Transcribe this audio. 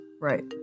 Right